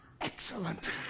excellent